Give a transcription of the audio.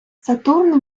сатурн